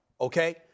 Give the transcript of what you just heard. Okay